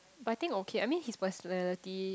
but I think okay I mean his personality